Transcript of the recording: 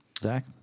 zach